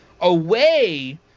away